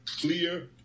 clear